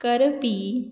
करपी